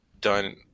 done